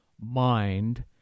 mind